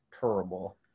terrible